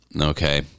Okay